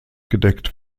gedeckt